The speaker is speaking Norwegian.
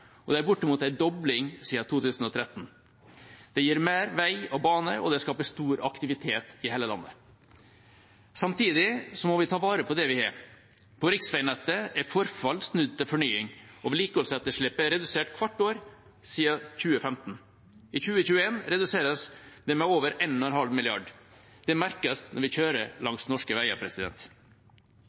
og det er bortimot en dobling siden 2013. Det gir mer vei og bane, og det skaper stor aktivitet i hele landet. Samtidig må vi ta vare på det vi har. På riksveinettet er forfall snudd til fornying, og vedlikeholdsetterslepet er redusert hvert år siden 2015. I 2021 reduseres det med over 1,5 mrd. kr. Det merkes når vi kjører langs norske veier.